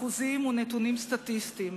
אחוזים ונתונים סטטיסטיים,